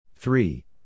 Three